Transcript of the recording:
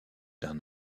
d’un